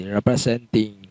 Representing